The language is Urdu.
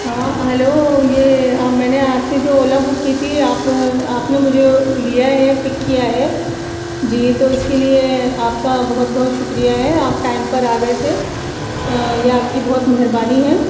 ہاں ہیلو یہ میں نے آپ سے جو اولا بک کی تھی آپ آپ نے مجھے لیا ہے پک کیا ہے جی تو اس کے لیے آپ کا بہت بہت شکریہ ہے آپ ٹائم پر آ گئے تھے یہ آپ کی بہت مہربانی ہے